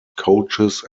coaches